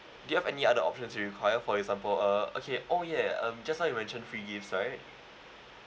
do you have any other options require for example uh okay oh ya um just now you mention free gifts right